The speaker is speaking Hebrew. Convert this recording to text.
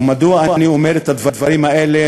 ומדוע אני אומר את הדברים האלה?